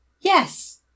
Yes